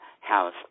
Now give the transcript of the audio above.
house